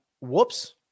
Whoops